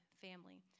family